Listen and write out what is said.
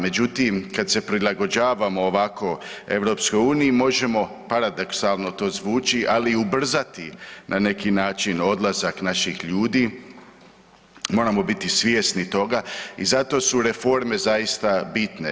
Međutim, kad se prilagođavamo ovako EU, možemo, paradoksalno to zvuči, ali ubrzati na neki način odlazak naših ljudi, moramo biti svjesni toga i zato su reforme zaista bitne.